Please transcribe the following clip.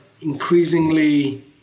increasingly